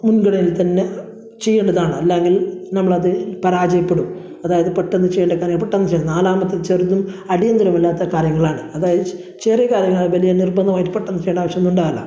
മുൻ നിരയിൽ തന്നെ ചെയ്യേണ്ടതാണ് അല്ലെങ്കിൽ നമ്മളത് പരാജയപ്പെടും അതായത് പെട്ടെന്ന് ചെയ്യേണ്ട കാര്യങ്ങൾ പെട്ടെന്ന് ചെയ്ത് നാലാമത്തത് ചെറുതും അടിയന്തരവുമല്ലാത്ത കാര്യങ്ങളാണ് അതായത് ചെറിയ കാര്യങ്ങളാണ് വലിയ നിർബന്ധമായിട്ട് പെട്ടെന്ന് ചെയ്യേണ്ട ആവശ്യമൊന്നും ഉണ്ടാവില്ല